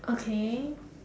okay